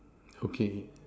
okay